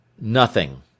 Nothing